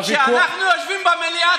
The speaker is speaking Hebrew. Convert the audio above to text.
כשאנחנו יושבים במליאה,